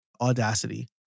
Audacity